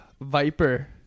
Viper